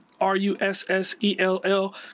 R-U-S-S-E-L-L